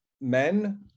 men